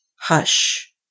Hush